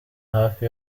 hafi